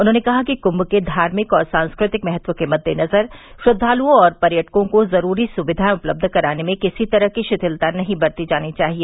उन्होंने कहा कि क्म के धार्मिक और सांस्कृतिक महत्व के मद्देनज़र श्रद्दालुओं और पर्यटकों को ज़रूरी सुविधाएं उपलब्ध कराने में किसी तरह की शिथिलता नहीं बरती जानी चाहिए